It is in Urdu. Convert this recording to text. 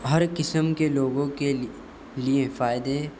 ہر قسم کے لوگوں کے لیے فائدے